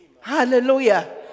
Hallelujah